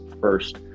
first